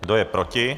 Kdo je proti?